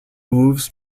moves